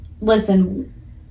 listen